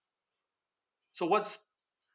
so what's